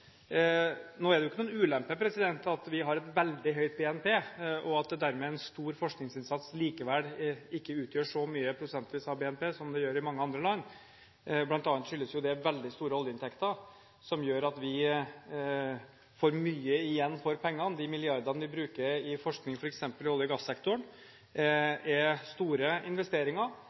Nå er det jo ikke noen ulempe at vi har et veldig høyt BNP, og at dermed en stor forskningsinnsats likevel ikke utgjør så mye prosentvis av BNP som det gjør i mange andre land. Blant annet skyldes jo det veldig store oljeinntekter, som gjør at vi får mye igjen for pengene. De milliardene vi bruker til forskning f.eks. i olje- og gassektoren, er store investeringer,